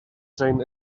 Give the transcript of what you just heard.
train